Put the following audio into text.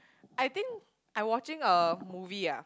I think I watching a movie ah